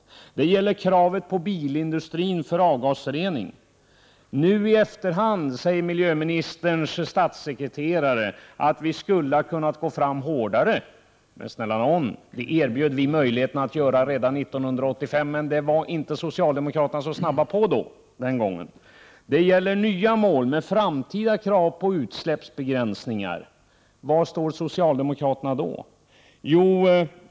Det gäller kravet på bilindustrin i fråga om avgasrening. I efterhand säger miljöministerns statssekreterare: Vi skulle ha kunnat gå fram hårdare. Men snälla nån, det erbjöd vi oss att göra redan 1985. Men den gången var socialdemokraterna inte så snabba att handla. Det gäller nya mål med framtida krav på utsläppsbegränsningar. Var står socialdemokraterna i det sammanhanget?